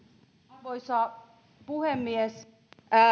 arvoisa puhemies